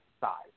size